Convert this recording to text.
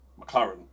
McLaren